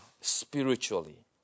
spiritually